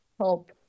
help